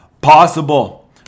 possible